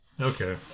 Okay